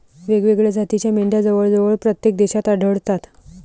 वेगवेगळ्या जातीच्या मेंढ्या जवळजवळ प्रत्येक देशात आढळतात